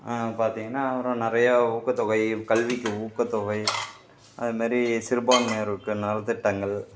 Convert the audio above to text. பார்த்தீங்கன்னா அப்புறம் நிறையா ஊக்கத்தொகை கல்விக்கு ஊக்கத்தொகை அது மாரி சிறுபான்மையினருக்கு நலத்திட்டங்கள்